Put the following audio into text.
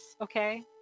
okay